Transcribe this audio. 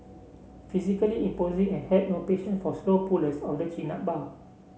physically imposing and had no patience for slow pullers of the chin up bar